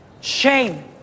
shame